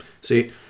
see